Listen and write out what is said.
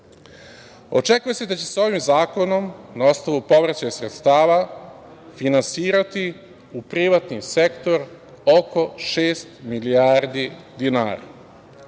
radnika. Očekuje se da će ovim zakonom na osnovu povraćaja sredstava finansirati u privatni sektor oko šest milijardi dinara.